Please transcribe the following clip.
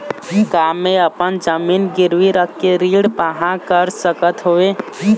का मैं अपन जमीन गिरवी रख के ऋण पाहां कर सकत हावे?